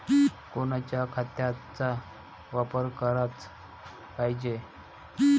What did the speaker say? कोनच्या खताचा वापर कराच पायजे?